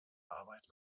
arbeit